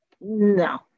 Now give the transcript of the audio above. No